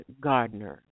Gardner